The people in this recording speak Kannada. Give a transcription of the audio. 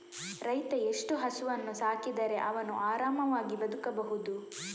ರೈತ ಎಷ್ಟು ಹಸುವನ್ನು ಸಾಕಿದರೆ ಅವನು ಆರಾಮವಾಗಿ ಬದುಕಬಹುದು?